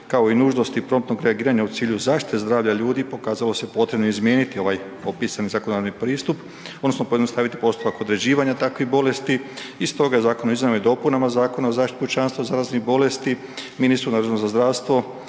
kao i nužnosti promptnog reagiranja u cilju zaštite zdravlja ljudi pokazalo se potrebnim izmijeniti ovaj opisani zakonodavni pristup odnosno pojednostaviti postupak određivanja takvih bolesti i stoga Zakon o izmjenama i dopunama Zakona o zaštiti pučanstva zaraznih bolesti, ministru nadležnom za zdravstvo